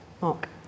mark